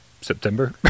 September